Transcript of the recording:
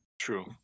true